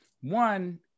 One